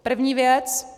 První věc.